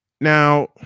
Now